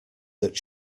that